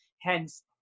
Hence